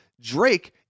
Drake